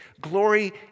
glory